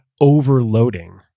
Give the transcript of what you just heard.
overloading